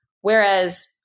Whereas